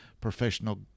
professional